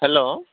hello